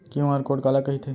QR code काला कहिथे?